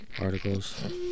articles